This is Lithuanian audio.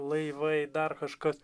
laivai dar kažkas